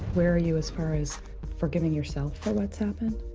where are you as far as forgiving yourself for what's happened?